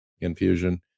infusion